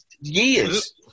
years